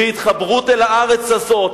והתחברות אל הארץ הזאת,